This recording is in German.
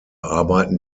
arbeiten